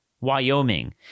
Wyoming